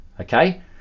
okay